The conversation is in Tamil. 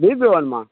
பீஃப்பு வேணுமா